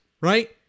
right